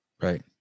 Right